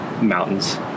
mountains